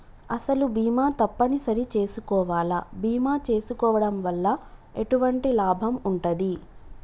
అసలు బీమా తప్పని సరి చేసుకోవాలా? బీమా చేసుకోవడం వల్ల ఎటువంటి లాభం ఉంటది?